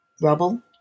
rubble